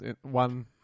One